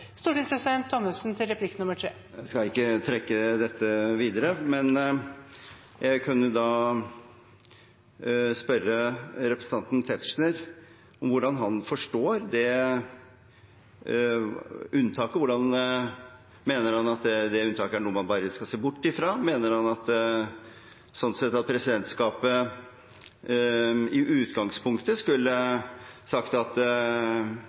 Stortingspresident Thommessen – til replikk nr. 3. Jeg skal ikke trekke dette videre, men jeg kunne spørre representanten Tetzschner om hvordan han forstår det unntaket. Mener han at det unntaket er noe man bare skal se bort fra? Mener han sånn sett at presidentskapet i utgangspunktet skulle ha sagt at